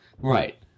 Right